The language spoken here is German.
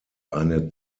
eine